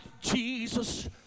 Jesus